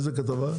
תתחילו לעבוד.